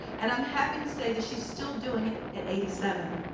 and i'm happy to say that she's still doing it at eighty seven.